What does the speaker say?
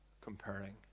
comparing